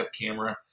camera